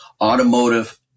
automotive